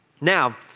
Now